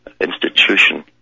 institution